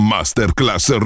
Masterclass